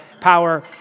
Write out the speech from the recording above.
power